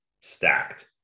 stacked